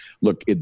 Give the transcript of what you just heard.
look